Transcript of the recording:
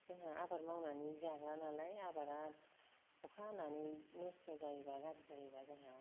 जोंहा आबाद मावनानै जाग्रा नालाय आबादा अखा हानानै नस्थ' जायोबा गार्जि जायोबा जाहा